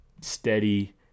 steady